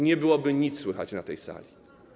Nie byłoby nic słychać na tej sali.